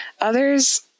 Others